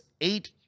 eight